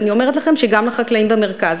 ואני אומרת לכם שגם לחקלאים במרכז.